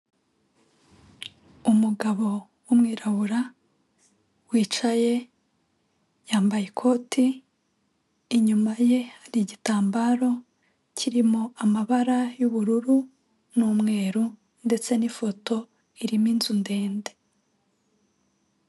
Umugabo w'umwirabura wicaye yambaye ikoti, inyuma ye hari igitambaro kirimo amabara y'ubururu n'umweru, ndetse n'ifoto irimo inzu ndende.